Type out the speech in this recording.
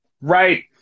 Right